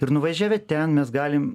ir nuvažiavę ten mes galim